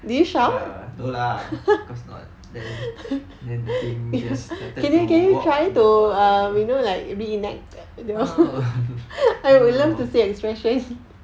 ya no lah of course not then then the thing just started to move out no no no